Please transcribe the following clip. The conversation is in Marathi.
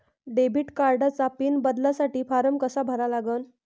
डेबिट कार्डचा पिन बदलासाठी फारम कसा भरा लागन?